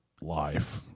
life